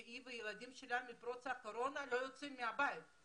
שהיא והילדים שלה לא יצאו מהבית מאז פרוץ הקורונה.